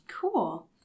Cool